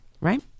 Right